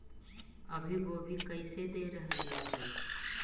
अभी गोभी कैसे दे रहलई हे?